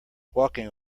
walking